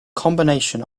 combination